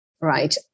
right